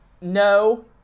No